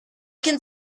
can